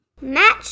Match